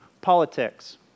politics